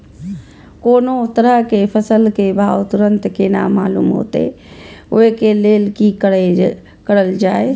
कोनो तरह के फसल के भाव तुरंत केना मालूम होते, वे के लेल की करल जाय?